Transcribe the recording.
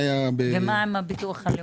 ומה עם הביטוח הלאומי?